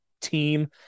team